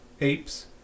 apes